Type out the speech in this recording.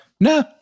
no